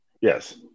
Yes